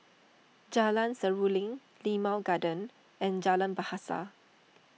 Jalan Seruling Limau Garden and Jalan Bahasa